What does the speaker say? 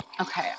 okay